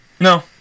No